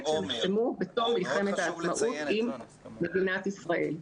שנחתמו בתום מלחמת העצמאות עם מדינת ישראל.